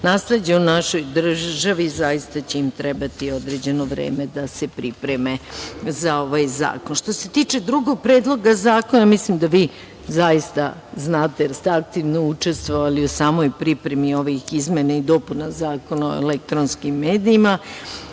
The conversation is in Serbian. nasleđa u našoj državi zaista će im trebati određeno vreme da se pripreme za ovaj zakon. Što se tiče drugog Predloga zakona, mislim da vi zaista znate, jer ste aktivno učestvovali u samoj pripremi ovih izmena i dopuna Zakona o elektronskim medijima.